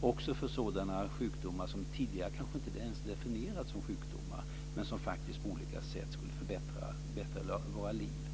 också för sådana sjukdomar som tidigare kanske ens definierats som sjukdomar, men som faktiskt på olika sätt kan förbättra våra liv.